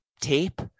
tape